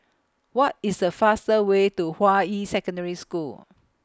What IS The faster Way to Hua Yi Secondary School